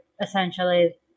essentially